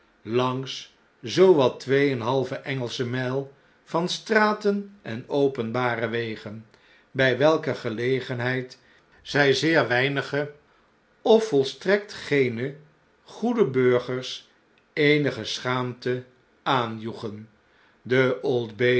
langs zoo wat twee en een halve engelsche mjjl van straten en open bare wegen bjj welke gelegenheid zij zeer weinige of volstrekt geene goede burgers eenige schaamte aanjoegen de